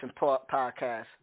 Podcast